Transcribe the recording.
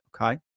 Okay